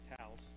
towels